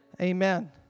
Amen